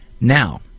Now